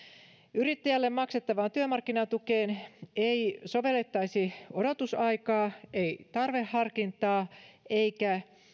yrittäjälle maksettavaan työmarkkinatukeen ei sovellettaisi odotusaikaa ei tarveharkintaa eikä